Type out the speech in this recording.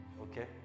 Okay